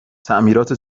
تعمیرات